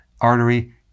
artery